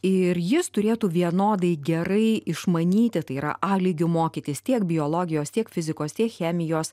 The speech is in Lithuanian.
ir jis turėtų vienodai gerai išmanyti tai yra a lygiu mokytis tiek biologijos tiek fizikos tiek chemijos